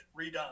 redone